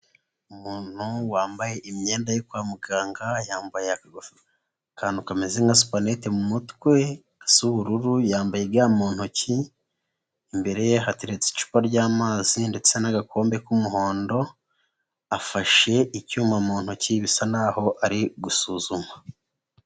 Umuntu wambaye imyenda yo kwa muganga, yambaye akantu kameze nka supanette mu mutwe gasa ubururu, yambaye ga mu ntoki, imbere ye hateretse icupa ry'amazi ndetse n'agakombe k'umuhondo, afashe icyuma mu ntoki bisa naho ari gusuzuma.